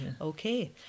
Okay